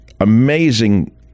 amazing